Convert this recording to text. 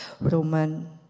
Roman